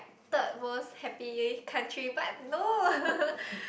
third most happy country but no